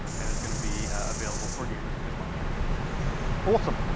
and it's going to be available for gamers that just want to crank out the settings awesome,